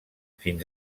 fins